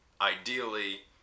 ideally